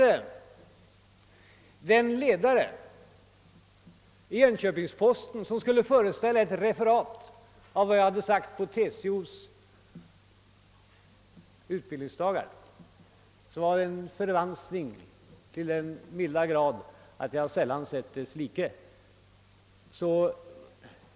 Den ledare i Jönköpings Posten som skulle föreställa ett referat av vad jag hade sagt på TCO:s utbildningsdagar var till den milda grad förvanskad, att jag ställan sett dess like.